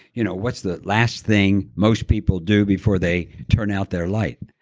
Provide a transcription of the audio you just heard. you know what's the last thing most people do before they turn out their light?